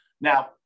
Now